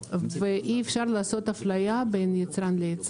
ואי-אפשר לעשות אפליה בין יצרן ליצרן.